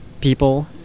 people